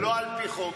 לא על פי חוק.